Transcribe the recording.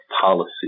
policy